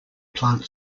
plant